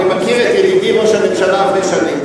אני מכיר את ידידי ראש הממשלה הרבה שנים,